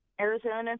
Arizona